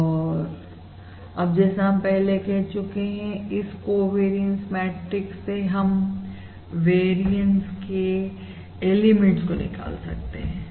और अब जैसा हम पहले कह चुके हैं इस कोवेरियंस मैट्रिक्स से हम वेरियंस के एलिमेंट्स को निकाल सकते हैं